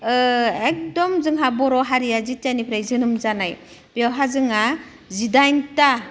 एखदम जोंहा बर' हारिया जिथियानिफ्राय जोनोम जानाय बेवहा जोंहा जिदाइनथा